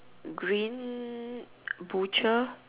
green butcher